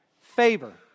favor